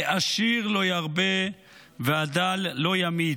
"העשיר לא ירבה והדל לא ימעיט",